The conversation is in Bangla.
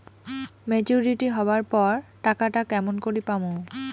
মেচুরিটি হবার পর টাকাটা কেমন করি পামু?